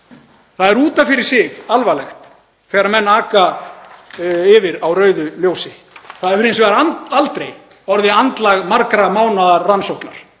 Það er út af fyrir sig alvarlegt þegar menn aka yfir á rauðu ljósi. Það hefur hins vegar aldrei orðið andlag margra mánaða rannsóknar.